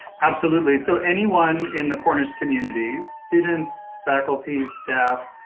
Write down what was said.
absolutely. so, anyone in the cornish community students, faculty, staff,